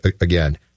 again